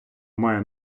має